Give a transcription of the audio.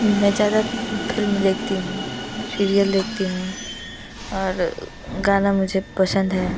मैं ज़्यादा फिल्म देखती हूँ शीरियल देखती हूँ और गाना मुझे पसंद है